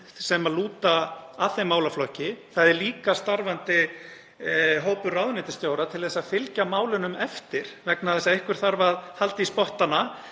sem lúta að þeim málaflokki. Það er líka starfandi hópur ráðuneytisstjóra til að fylgja málunum eftir vegna þess að einhver þarf að halda í spottana